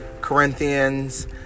Corinthians